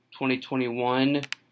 2021